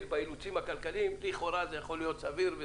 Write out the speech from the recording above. באילוצים הכלכליים לכאורה זה יכול להיות סביר.